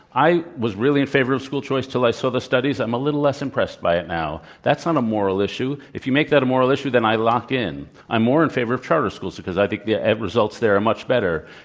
i was really in favor of school choice tili saw the studies. i'm a little less impressed by it now. that's not a moral issue. if you make that a moral issue, then i lock in. i'm more in favor of charter schools because i think the results there are much better.